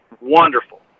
wonderful